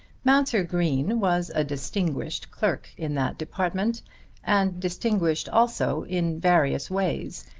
mounser green was a distinguished clerk in that department and distinguished also in various ways,